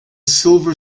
silver